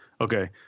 okay